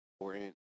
important